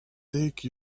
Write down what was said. take